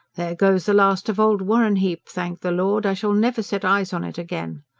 there goes the last of old warrenheip. thank the lord, i shall never set eyes on it again.